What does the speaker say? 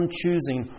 choosing